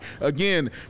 Again